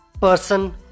person